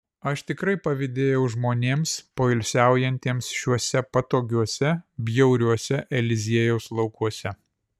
aš tikrai pavydėjau žmonėms poilsiaujantiems šiuose patogiuose bjauriuose eliziejaus laukuose